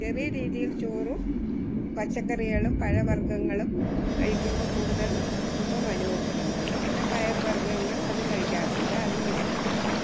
ചെറിയ രീതിയിൽ ചോറും പച്ചക്കറികളും പഴ വർഗ്ഗങ്ങളും കഴിക്കുമ്പോൾ കൂടുതൽ സുഖം അനുഭവപ്പെടുന്നുണ്ട് പിന്നെ പയറു വർഗ്ഗങ്ങൾ അതും കഴിക്കാറുണ്ട് അതുമിഷ്ടമാണ്